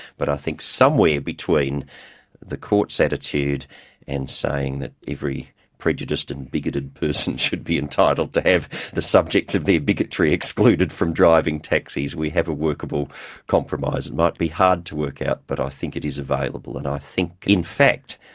but i think somewhere between the court's attitude and saying that every prejudiced and bigoted person should be entitled to have the subjects of their bigotry excluded from driving taxis, we have a workable compromise. it might be hard to work out, but i think it is available, and i think, in fact,